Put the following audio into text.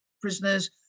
prisoners